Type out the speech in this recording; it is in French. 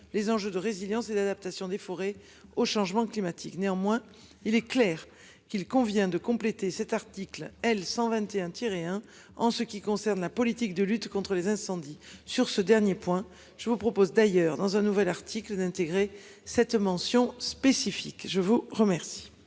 les enjeux de résilience et l'adaptation des forêts au changement climatique. Néanmoins il est clair qu'il convient de compléter cet article L. 121 tirer hein. En ce qui concerne la politique de lutte contre les incendies. Sur ce dernier point, je vous propose d'ailleurs dans un nouvel article d'intégrer cette mention spécifique. Je vous remercie.